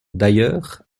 d’ailleurs